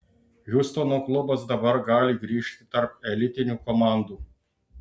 hjustono klubas dabar gali grįžti tarp elitinių komandų